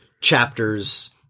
chapters